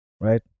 right